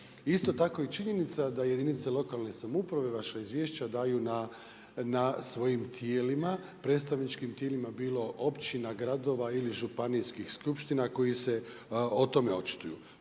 Isto tako i činjenica da jedinica lokalne samouprave vaša izvješća daju na svojim predstavničkim tijelima bilo općina, gradova ili županijskih skupština koje se o tome očituju.